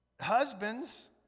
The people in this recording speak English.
Husbands